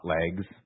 legs